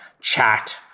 chat